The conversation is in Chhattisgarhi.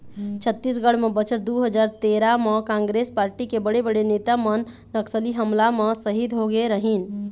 छत्तीसगढ़ म बछर दू हजार तेरा म कांग्रेस पारटी के बड़े बड़े नेता मन नक्सली हमला म सहीद होगे रहिन